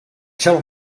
till